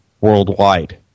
worldwide